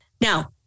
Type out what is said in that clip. now